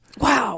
Wow